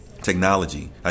technology